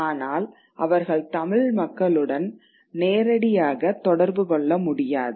ஆனால் அவர்கள் தமிழ் மக்களுடன் நேரடியாக தொடர்பு கொள்ள முடியாது